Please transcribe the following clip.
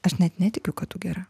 aš net netikiu kad tu gera